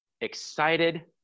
Excited